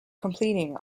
completing